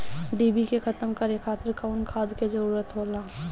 डिभी के खत्म करे खातीर कउन खाद के जरूरत होला?